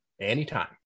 anytime